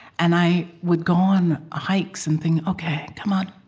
and i would go on hikes and think, ok, come on.